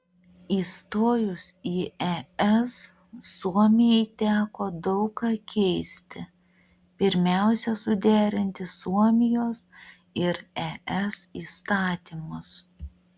įstojus į es suomijai teko daug ką keisti pirmiausia suderinti suomijos ir es įstatymus